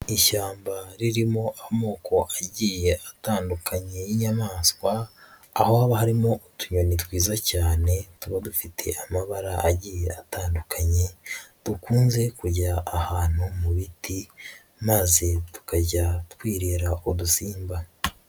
Ishyamba ririmo amoko agiye atandukanye y'inyamaswa, aho haba harimo utunyoni twiza cyane tuba dufite amabara agiye atandukanye, dukunze kujya ahantu mu biti maze tukajya twirira udusimba.